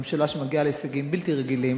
ממשלה שמגיעה להישגים בלתי רגילים,